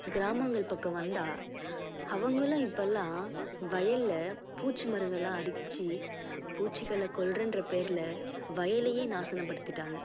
கிராமங்கள் பக்கம் வந்தால் அவங்களும் இப்போல்லாம் வயல்ல பூச்சி மருந்தெல்லாம் அடித்து பூச்சிகளை கொல்கிறன்ற பேரரில் வயலையே நாசனம்படுத்திட்டாங்கள்